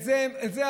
את זה עשו.